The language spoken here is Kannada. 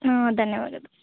ಹಾಂ ಧನ್ಯವಾದಗಳು